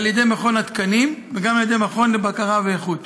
על ידי מכון התקנים וגם על ידי המכון לבקרה ואיכות.